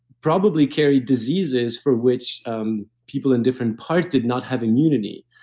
probably carried diseases for which um people in different parts did not have immunity.